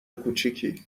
کوچیکی